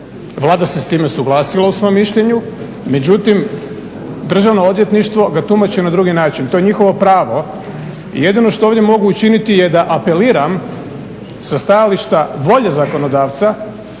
Vlada se sa time suglasila u svome mišljenju. Međutim, državno odvjetništvo ga tumači na drugi način, to je njihovo pravo. Jedino što ovdje mogu učiniti je da apeliram sa stajališta volje zakonodavca